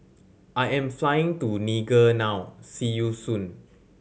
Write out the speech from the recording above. I am flying to Niger now see you soon